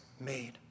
made